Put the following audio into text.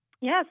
Yes